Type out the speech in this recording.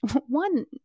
One